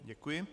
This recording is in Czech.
Děkuji.